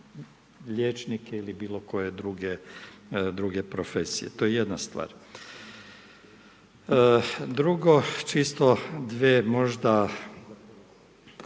liječnike ili bilo koje druge profesije. To je jedna stvar. Drugo, čisto dvije možda